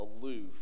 aloof